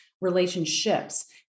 relationships